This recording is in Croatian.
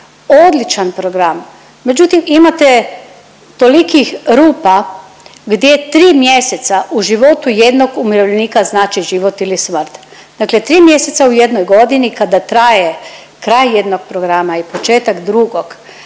odličan program. Međutim imate tolikih rupa gdje tri mjeseca u životu jednog umirovljenika znači život ili smrt. Dakle tri mjeseca u jednoj godini kada traje kraj jednog programa i početak drugog.